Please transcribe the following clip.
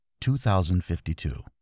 2052